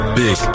big